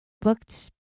booked